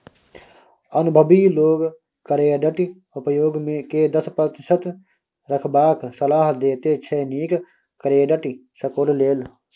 अनुभबी लोक क्रेडिट उपयोग केँ दस प्रतिशत रखबाक सलाह देते छै नीक क्रेडिट स्कोर लेल